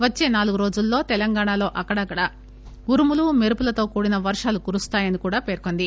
వచ్చే నాలుగు రోజుల్లో తెలంగాణలో అక్కడక్కడా ఉరుములు మెరుపులతో కూడిన వర్షాలు కురుస్తాయని కూడా పేర్కొంది